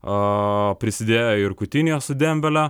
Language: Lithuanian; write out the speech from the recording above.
prisidėjo ir kutinijo su dembele